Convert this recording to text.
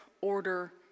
order